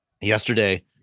yesterday